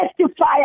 testify